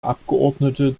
abgeordnete